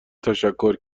تشکر